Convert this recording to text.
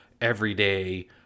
everyday